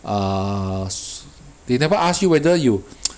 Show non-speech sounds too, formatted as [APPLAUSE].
err s~they never ask you whether you [NOISE]